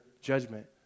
judgment